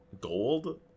gold